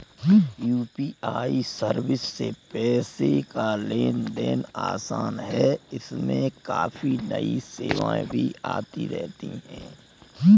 UPI service से पैसे का लेन देन आसान है इसमें काफी नई सेवाएं भी आती रहती हैं